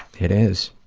it is.